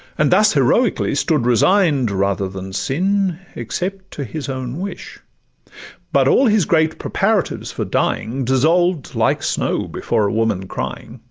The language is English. and thus heroically stood resign'd, rather than sin except to his own wish but all his great preparatives for dying dissolved like snow before a woman crying.